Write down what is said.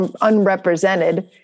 unrepresented